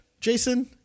Jason